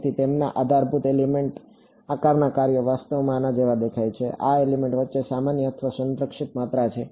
તેથી તેમના આધારભૂત એલિમેન્ટ આકારના કાર્યો વાસ્તવમાં આના જેવા દેખાય છે આ એલિમેન્ટ વચ્ચેની સામાન્ય અથવા સંરક્ષિત માત્રા છે